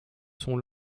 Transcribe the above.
sont